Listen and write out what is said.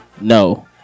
No